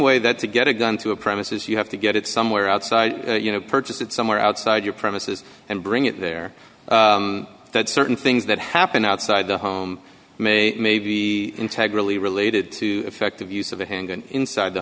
way that to get a gun to a premises you have to get it somewhere outside you know purchased it somewhere outside your premises and bring it there that certain things that happen outside the home may may be integrity related to effective use of a handgun inside the